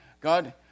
God